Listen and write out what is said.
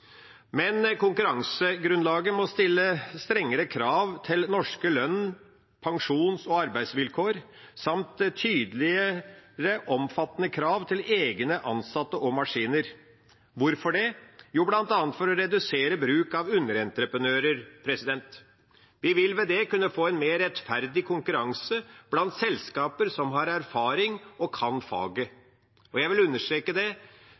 Men konkurransegrunnlaget må stille strengere krav til norske lønns-, pensjons- og arbeidsvilkår samt tydeligere omfattende krav til egne ansatte og maskiner. Hvorfor det? Jo, bl.a. for å redusere bruk av underentreprenører. Vi vil ved det kunne få en mer rettferdig konkurranse blant selskaper som har erfaring og kan faget. Jeg vil understreke det: